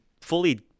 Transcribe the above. fully